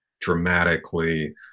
dramatically